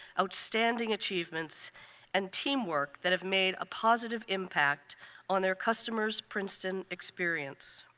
outstanding achievements and teamwork that have made a positive impact on their customers' princeton experience.